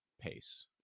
pace